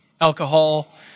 alcohol